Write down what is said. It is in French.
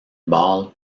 ball